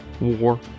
war